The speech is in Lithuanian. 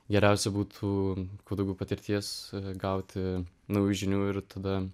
geriausia būtų kuo daugiau patirties gauti naujų žinių ir tada